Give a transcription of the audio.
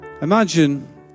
Imagine